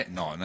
no